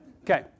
Okay